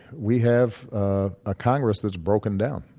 we have a ah congress that's broken down.